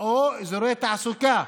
או אזורי תעסוקה.